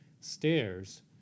stairs